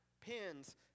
pins